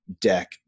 deck